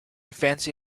fancy